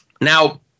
Now